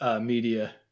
media